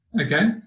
Okay